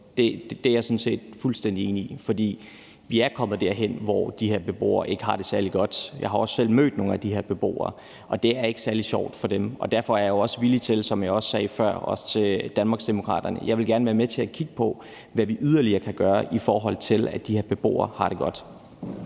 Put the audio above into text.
sådan set fuldstændig enig i. For vi er kommet derhen, hvor de her beboere ikke har det særlig godt. Jeg har også selv mødt nogle af de her beboere, og det er ikke særlig sjovt for dem, og derfor vil jeg også gerne være med til at kigge på, som jeg også sagde før, også til Danmarksdemokraterne, hvad vi yderligere kan gøre, i forhold til at de her beboere har det godt.